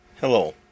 Hello